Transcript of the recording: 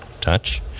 touch